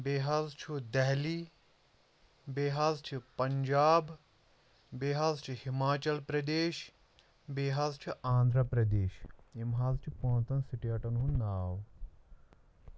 بیٚیہِ حظ چھُ دہلی بیٚیہِ حظ چھِ پنجاب بیٚیہِ حظ چھُ ہِماچل پرٛدیش بیٚیہِ حظ چھُ آندھرا پرٛدیش یِم حظ چھِ پانٛژن سٹیٹن ہُنٛد ناو